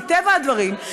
מטבע הדברים,